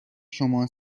شما